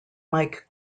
mike